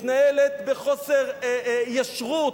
מתנהלת בחוסר ישרות,